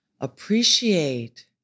appreciate